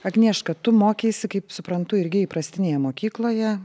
agnieška tu mokeisi kaip suprantu irgi įprastinėje mokykloje